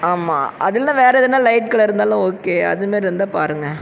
ஆமாம் அதில் வேறு எதனால் லைட் கலர் இருந்தாலும் ஓகே அதுமாரி இருந்தால் பாருங்க